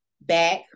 back